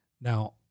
Now